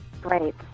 Great